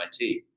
MIT